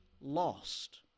lost